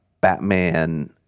Batman